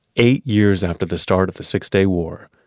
eight years after the start of the six-day war,